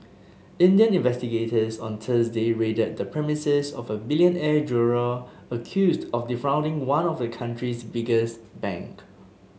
Indian investigators on Thursday raided the premises of a billionaire jeweller accused of defrauding one of the country's biggest bank